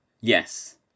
yes